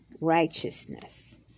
righteousness